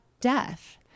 death